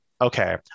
okay